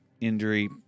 injury